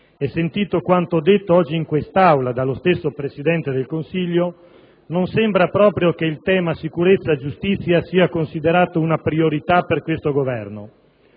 e sentito quanto detto oggi in quest'Aula dallo stesso Presidente del Consiglio, non sembra proprio che il tema sicurezza-giustizia sia considerato una priorità per questo Governo;